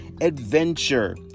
adventure